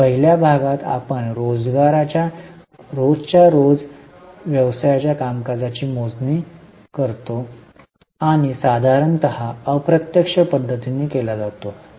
पहिल्या भागात आपण रोजगाराच्या रोजच्या रोजच्या व्यवसायाच्या कामकाजाची मोजणी करतो आणि साधारणत अप्रत्यक्ष पद्धतीने केला जातो